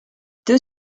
deux